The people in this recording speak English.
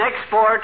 export